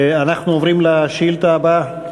אנחנו עוברים לשאילתה הבאה.